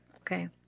Okay